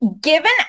Given